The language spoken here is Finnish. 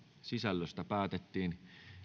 sisällöstä päätettiin